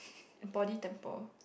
body temple